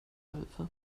hilfe